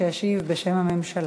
שישיב בשם הממשלה.